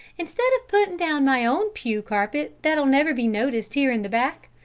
instead of putting down my own pew carpet that'll never be noticed here in the back,